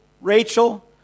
Rachel